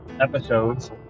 episodes